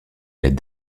l’aide